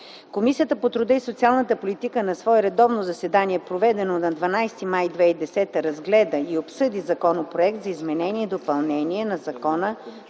Комисията по труда и социалната политика на свое редовно заседание, проведено на 12 май 2010 г., разгледа и обсъди Законопроект за изменение и допълнение на Закона